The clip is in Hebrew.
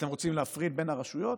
אתם רוצים להפריד בין הרשויות?